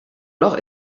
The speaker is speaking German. noch